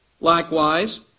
Likewise